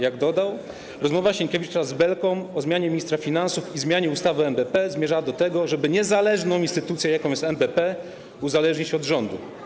Jak dodał, rozmowa Sienkiewicza z Belką o zmianie ministra finansów i zmianie ustawy o NBP zmierzała do tego, żeby niezależną instytucję, jaką jest NBP, uzależnić od rządu.